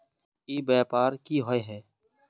ई व्यापार की होय है?